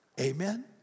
Amen